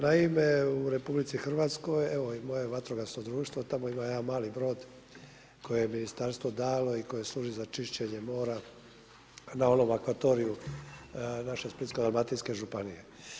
Naime, u RH, evo i moje vatrogasno društvo tamo ima jedan mali brod koje je Ministarstvo dalo i koje služi za čišćenje mora na onom akvatoriju naše Splitsko-dalmatinske županije.